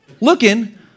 looking